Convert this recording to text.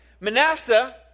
Manasseh